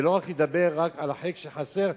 ולא לדבר רק על החלק שחסר,